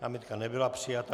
Námitka nebyla přijata,